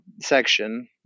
section